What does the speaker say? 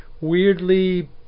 weirdly